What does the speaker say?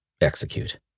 execute